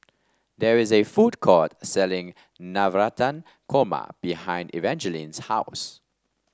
there is a food court selling Navratan Korma behind Evangeline's house